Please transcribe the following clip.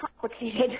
complicated